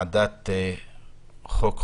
אני מתכבד לפתוח את ישיבת ועדת החוקה,